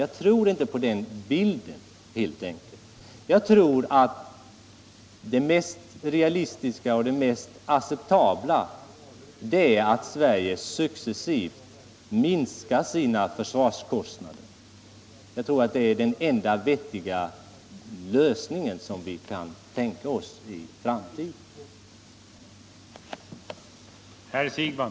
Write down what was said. Nej, det mest realistiska och acceptabla anser jag vara att Sverige successivt minskar sina försvarskostnader. Det är den enda vettiga lösningen för framtiden.